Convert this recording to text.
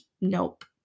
Nope